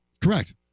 Correct